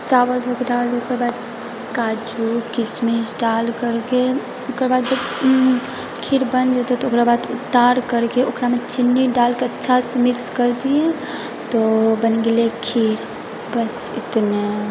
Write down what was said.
चावल धोके डाल दिऔ ओकर बाद काजू किशमिश डाल करके ओकर बाद जब खीर बन जेतै तऽ ओकरा बाद उतार करके ओकरामे चीनी डालिके अच्छासँ मिक्स करके तो बैन गेलै खीर बस इतने